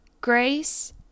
Grace